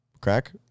Crack